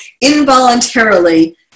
involuntarily